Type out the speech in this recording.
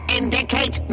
indicate